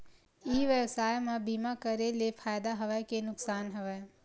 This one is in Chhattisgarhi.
ई व्यवसाय म बीमा करे ले फ़ायदा हवय के नुकसान हवय?